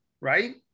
right